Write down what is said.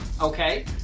Okay